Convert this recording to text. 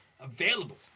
Available